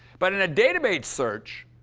but in a database search,